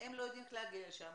הם לא יודעים איך להגיע לשם,